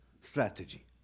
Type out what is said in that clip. strategy